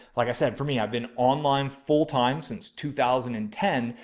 like i said, for me, i've been online full-time since two thousand and ten.